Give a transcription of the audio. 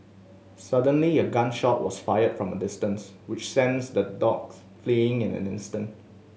suddenly a gun shot was fired from a distance which the dogs fleeing in an instant